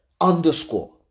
underscore